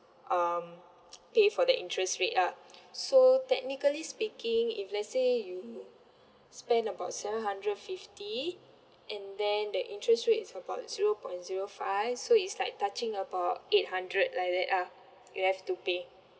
um pay for the interest rate lah so technically speaking if let's say you spend about seven hundred fifty and then the interest rate is about zero point zero five so it's like touching about eight hundred like that lah you have to pay